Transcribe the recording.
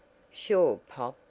sure pop,